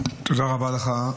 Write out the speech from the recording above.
תודה רבה לך.